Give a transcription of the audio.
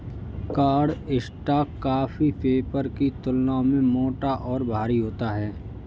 cardstock copy paper की तुलना में मोटा और भारी होता है